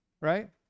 right